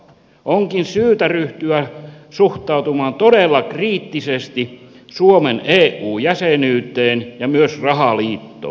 onkin syytä ryhtyä suhtautumaan todella kriittisesti suomen eu jäsenyyteen ja myös rahaliittoon